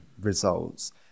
results